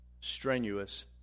strenuous